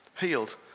healed